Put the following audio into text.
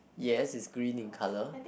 yes it's green in colour